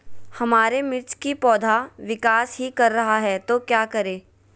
हमारे मिर्च कि पौधा विकास ही कर रहा है तो क्या करे?